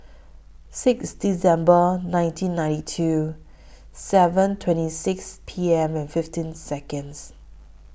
six December nineteen ninety two seven twenty six P M and fifteen Seconds